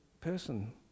person